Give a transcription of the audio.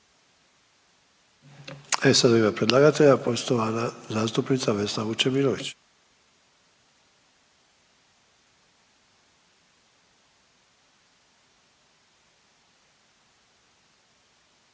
E sad u ime predlagatelja poštovana zastupnica Vesna Vučemilović.